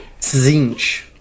Zinch